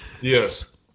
Yes